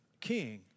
king